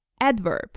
adverb